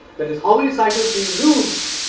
that is how many cycles do you use,